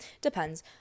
depends